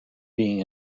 being